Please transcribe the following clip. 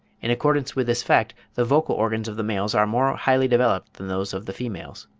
in accordance with this fact the vocal organs of the males are more highly-developed than those of the females.